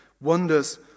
wonders